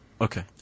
Okay